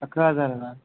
अकरा हजाराला